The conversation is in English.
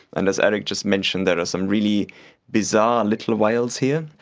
and as erich just mentioned there are some really bizarre little whales here.